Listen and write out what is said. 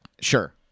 Sure